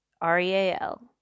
R-E-A-L